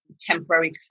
temporary